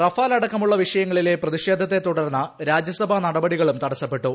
Rafale അടക്കമുള്ള വിഷയങ്ങളിലെ പ്രതിഷേധത്തെ തുടർന്ന് രാജ്യസഭാ നടപടികളും തടസ്സപ്പെട്ടു